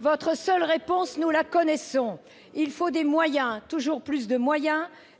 Votre seule réponse, nous la connaissons : il faut des moyens, toujours plus de moyens,